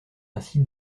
ainsi